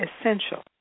essential